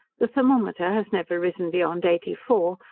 the thermometer has never risen beyond eighty four,